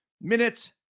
minutes